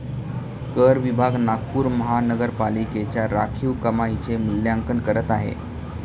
कर विभाग नागपूर महानगरपालिकेच्या राखीव कमाईचे मूल्यांकन करत आहे